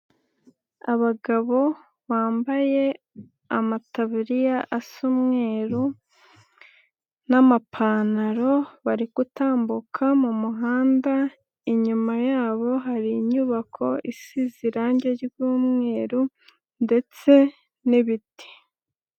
Abagabo bambaye amataburiya asa umweru n'amapantaro bari gutambuka mu muhanda, inyuma yabo hari inyubako isize irange ry'umweru ndetse n'ibiti.